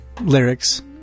lyrics